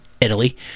Italy